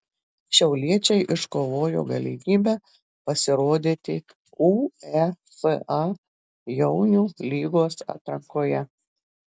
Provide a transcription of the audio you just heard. šiauliečiai iškovojo galimybę pasirodyti uefa jaunių lygos atrankoje